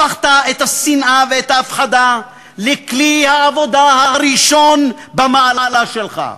הפכת את השנאה ואת ההפחדה לכלי העבודה הראשון במעלה שלך.